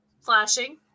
flashing